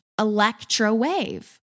electrowave